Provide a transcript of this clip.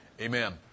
Amen